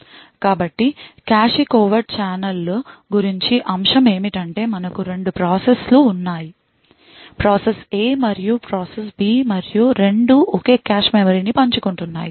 కాబట్టి cache covert ఛానెళ్ల గురించిన అంశం ఏమిటంటే మనకు 2 ప్రాసెస్లు ఉన్నాయి ప్రాసెస్ A మరియు ప్రాసెస్ B మరియు రెండూ ఒకే కాష్ మెమరీని పంచుకుంటున్నాయి